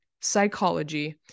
psychology